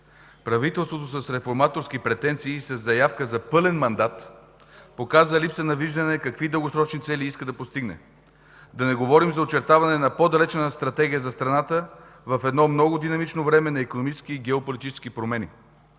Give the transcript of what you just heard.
Правителството с реформаторски претенции и със заявка за пълен мандат показа липса на виждане какви дългосрочни цели иска да постигне. Да не говорим за очертаване на по-далечна стратегия за страната в едно много динамично време на икономически и геополитически промени.